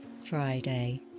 Friday